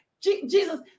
Jesus